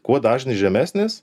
kuo dažnis žemesnis